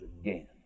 again